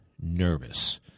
nervous